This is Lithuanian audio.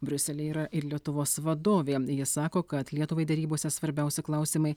briuselyje yra ir lietuvos vadovė ji sako kad lietuvai derybose svarbiausi klausimai